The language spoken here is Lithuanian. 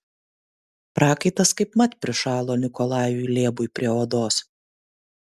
prakaitas kaipmat prišalo nikolajui lėbui prie odos